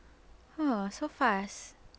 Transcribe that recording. !huh! so fast